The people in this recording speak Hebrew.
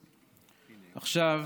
עכשיו,